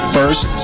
first